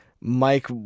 Mike